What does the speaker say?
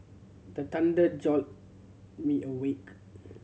the thunder jolt me awake